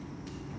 mmhmm